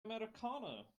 americano